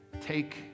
take